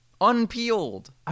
Unpeeled